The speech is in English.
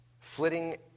flitting